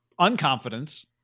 unconfidence